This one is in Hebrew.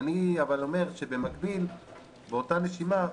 אבל אני אומר שבמקביל באותה נשימה,